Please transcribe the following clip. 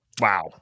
Wow